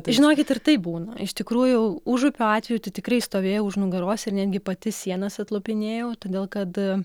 žinokit ir taip būna iš tikrųjų užupio atveju tai tikrai stovėjau už nugaros ir netgi pati sienas atlupinėjau todėl kad